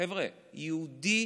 חבר'ה, יהודי